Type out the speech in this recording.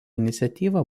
iniciatyva